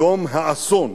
"יום האסון",